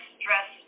stress